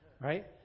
right